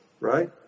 right